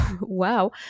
wow